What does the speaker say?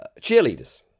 cheerleaders